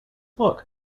look